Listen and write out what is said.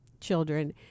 children